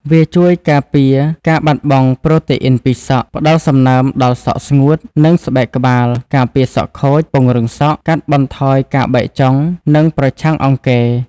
វាជួយការពារការបាត់បង់ប្រូតេអ៊ីនពីសក់ ផ្តល់សំណើមដល់សក់ស្ងួត និងស្បែកក្បាល ការពារសក់ខូច ពង្រឹងសក់ កាត់បន្ថយការបែកចុង និងប្រឆាំងអង្គែរ។